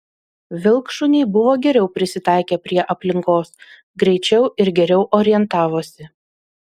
vilkšuniai buvo geriau prisitaikę prie aplinkos greičiau ir geriau orientavosi